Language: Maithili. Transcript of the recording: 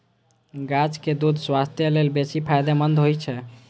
गाछक दूछ स्वास्थ्य लेल बेसी फायदेमंद होइ छै